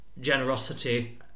generosity